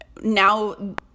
now